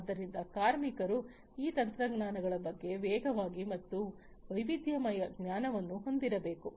ಆದ್ದರಿಂದ ಕಾರ್ಮಿಕರು ಈ ತಂತ್ರಜ್ಞಾನಗಳ ಬಗ್ಗೆ ವೇಗವಾಗಿ ಮತ್ತು ವೈವಿಧ್ಯಮಯ ಜ್ಞಾನವನ್ನು ಹೊಂದಿರಬೇಕು